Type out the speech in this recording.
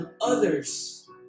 others